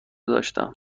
داشتم